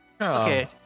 Okay